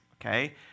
okay